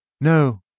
No